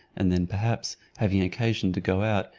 and then, perhaps, having occasion to go out,